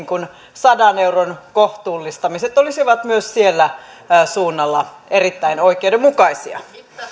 sadan euron kohtuullistamiset olisivat myös siellä suunnalla erittäin oikeudenmukaisia